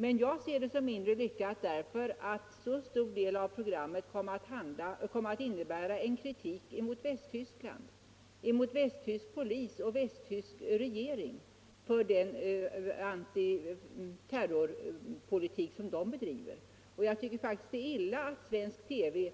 Men jag ser det som mindre lyckat därför att en så stor del av programmet kom att innebära en kritik mot Västtyskland — mot västtysk polis och västtysk regering — för den antiterrorpolitik som där bedrivs. Jag tycker faktiskt att det är illa att svensk TV